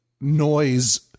noise